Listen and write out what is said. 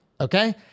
okay